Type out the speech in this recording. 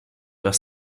vers